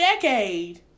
decade